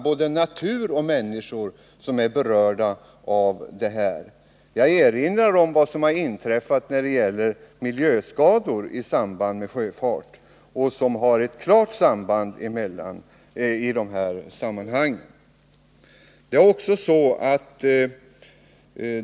Både natur och människor är berörda av detta. Jag erinrar om de miljöskador som har inträffat i samband med sjöfart.